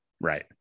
Right